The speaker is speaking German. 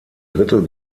drittel